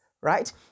right